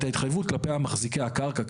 את ההתחייבות כלפי מחזיקי הקרקע,